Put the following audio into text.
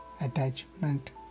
Attachment